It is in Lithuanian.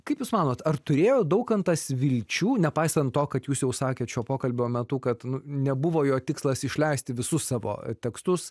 kaip jūs manot ar turėjo daukantas vilčių nepaisant to kad jūs jau sakėt šio pokalbio metu kad nebuvo jo tikslas išleisti visus savo tekstus